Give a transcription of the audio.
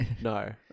no